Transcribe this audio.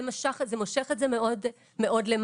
זה מושך את זה מאוד למעלה.